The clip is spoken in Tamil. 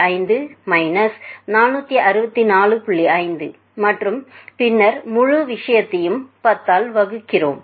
5 மற்றும் பின்னர் முழு விஷயத்தையும் 10 ஆல் வகுக்கிறோம்